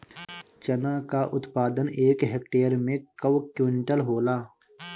चना क उत्पादन एक हेक्टेयर में कव क्विंटल होला?